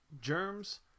germs